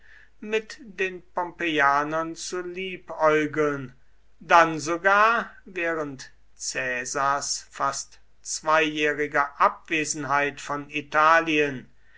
mit den pompeianern zu liebäugeln dann sogar während caesars fast zweijähriger abwesenheit von italien